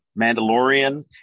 Mandalorian